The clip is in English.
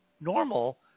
normal